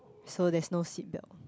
so there's no seat belt